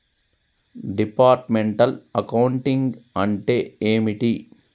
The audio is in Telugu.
డిపార్ట్మెంటల్ అకౌంటింగ్ అంటే ఏమిటి?